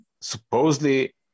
supposedly